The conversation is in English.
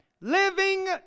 living